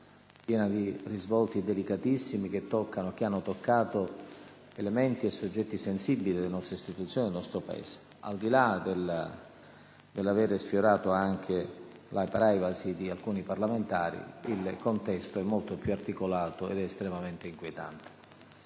piena di risvolti delicatissimi che hanno toccato elementi e soggetti sensibili delle nostre istituzioni e del nostro Paese. Al di là dell'avere sfiorato anche la *privacy* di alcuni parlamentari, il contesto è molto più articolato ed è estremamente inquietante.